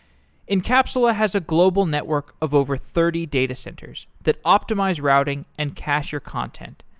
encapsula has a global network of over thirty data centers that optimize routing and cacher content.